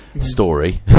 Story